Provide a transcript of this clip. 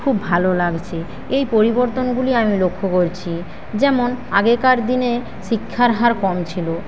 খুব ভালো লাগছে এই পরিবর্তনগুলি আমি লক্ষ্য করছি যেমন আগেকার দিনে শিক্ষার হার কম ছিল